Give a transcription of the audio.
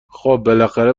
خوب، بالاخره